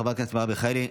חברי הכנסת מרב מיכאלי,